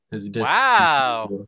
Wow